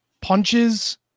punches